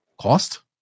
cost